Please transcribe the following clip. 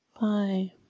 Bye